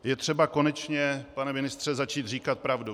Je třeba konečně, pane ministře, začít říkat pravdu.